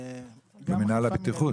במינהל הבטיחות.